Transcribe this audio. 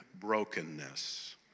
brokenness